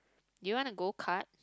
you want a go kart